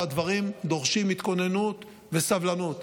והדברים דורשים התכוננות וסבלנות.